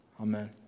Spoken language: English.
amen